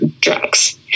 drugs